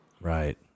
Right